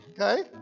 Okay